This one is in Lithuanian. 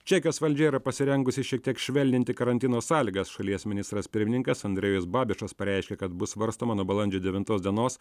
čekijos valdžia yra pasirengusi šiek tiek švelninti karantino sąlygas šalies ministras pirmininkas andrejus babišas pareiškė kad bus svarstoma nuo balandžio devintos dienos